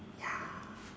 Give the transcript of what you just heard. ya